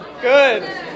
Good